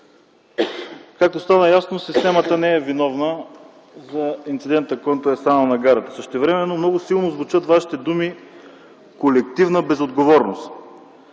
както стана ясно системата не е виновна за инцидента, който е станал на гарата. Същевременно много силно звучат Вашите думи – колективна безотговорност.